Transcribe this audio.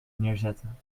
neerzetten